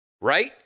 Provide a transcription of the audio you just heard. right